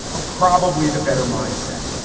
but probably the better mindset.